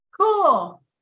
Cool